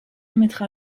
mettra